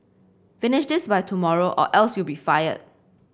finish this by tomorrow or else you'll be fired